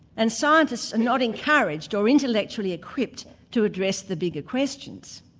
and scientists are not encouraged or intellectually equipped to address the bigger questions.